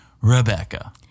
Rebecca